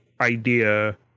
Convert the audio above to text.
idea